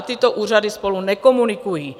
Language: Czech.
Tyto úřady spolu nekomunikují.